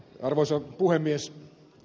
arvoisa puhemies